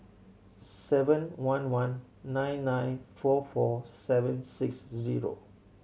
seven one one nine nine four four seven six zero